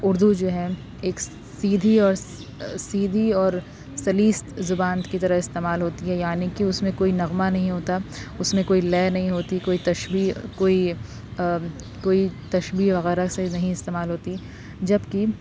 اردو جو ہے ایک سیدھی اور سیدھی اور سلیس زبان کی طرح استعمال ہوتی ہے یعنی کہ اس میں کوئی نغمہ نہیں ہوتا ہے اس میں کوئی لے نہیں ہوتی کوئی تشبیہہ کوئی کوئی تشبیہہ وغیرہ نہیں استعمال ہوتی جب کہ